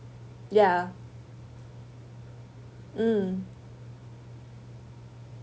ya mm